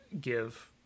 give